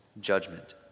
judgment